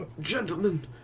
gentlemen